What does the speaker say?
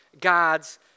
God's